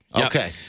Okay